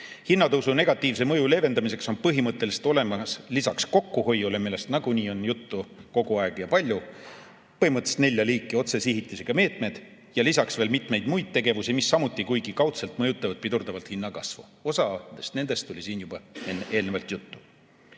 hinnatõusu negatiivse mõju leevendamiseks on põhimõtteliselt olemas peale kokkuhoiu, millest nagunii on juttu kogu aeg ja palju, põhimõtteliselt nelja liiki otsesihitisega meetmed ja lisaks veel mitmeid muid tegevusi, mis samuti, kuigi kaudselt, pidurdavad hinnakasvu. Osast nendest oli siin juba juttu. Kuuendaks,